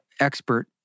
expert